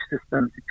system